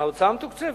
מההוצאה המתוקצבת.